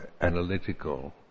analytical